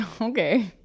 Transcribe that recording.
okay